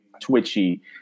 twitchy